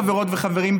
חברות וחברים,